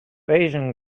asian